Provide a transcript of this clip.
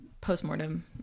Postmortem